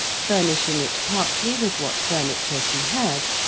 furnishing it partly with what furniture she had,